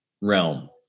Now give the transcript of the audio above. realm